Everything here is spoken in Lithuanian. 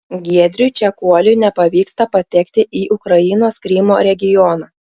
giedriui čekuoliui nepavyksta patekti į ukrainos krymo regioną